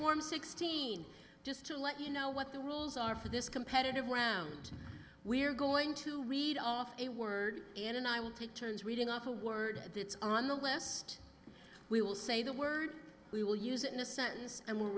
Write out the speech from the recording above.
swarm sixteen just to let you know what the rules are for this competitive round we're going to read a word in and i will take turns reading of a word that's on the list we will say the word we will use it in a sentence and w